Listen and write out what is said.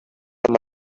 amb